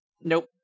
Nope